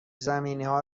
زمینیها